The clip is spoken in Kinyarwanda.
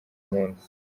munsi